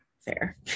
Fair